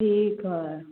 ठीक है